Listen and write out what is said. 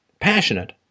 passionate